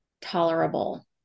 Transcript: tolerable